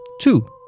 Two